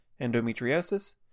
endometriosis